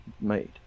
made